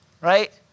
right